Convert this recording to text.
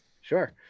Sure